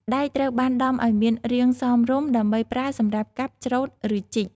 ដែកត្រូវបានដំឲ្យមានរាងសមរម្យដើម្បីប្រើសម្រាប់កាប់ ច្រូត ឬជីក។